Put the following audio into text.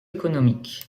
économique